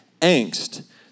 angst